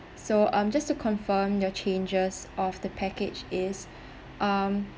so um just to confirm your changes of the package is um